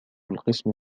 القسم